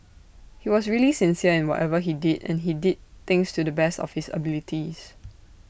he was really sincere in whatever he did and he did things to the best of his abilities